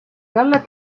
talle